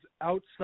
outside